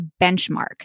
benchmark